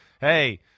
Hey